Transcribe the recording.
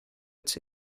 its